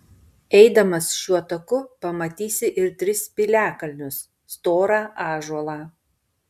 eidamas šiuo taku pamatysi ir tris piliakalnius storą ąžuolą